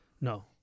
No